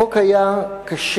החוק היה קשה,